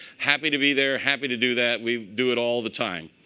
happy to be there. happy to do that. we do it all the time.